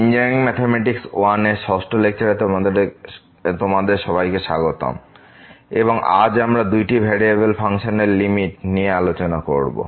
engineering mathematics I এর ষষ্ঠ লেকচারে তোমাদের সবাইকে স্বাগতম এবং আজ আমরা দুইটি ভ্যারিয়েবল ফাংশনের লিমিট নিয়ে আলচোনা করবো